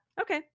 Okay